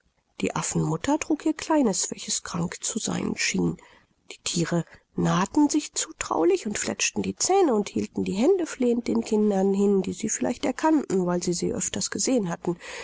die affenmutter trug ihr kleines welches krank zu sein schien die thiere nahten sich zutraulich und fletschten die zähne und hielten die hände flehend den kindern hin die sie vielleicht erkannten weil sie sie öfters gesehen hatten